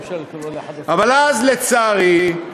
אבל אז, לצערי,